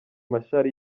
machar